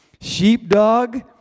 Sheepdog